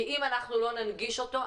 כי אם לא ננגיש אותו,